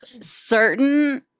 certain